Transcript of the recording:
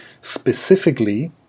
specifically